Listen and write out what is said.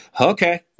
okay